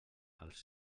als